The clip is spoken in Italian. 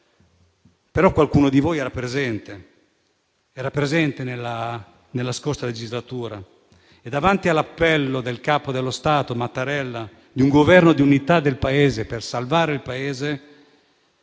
Ma qualcuno di voi era presente nella scorsa legislatura e, davanti all'appello del capo dello Stato Mattarella a un Governo di unità per salvare il Paese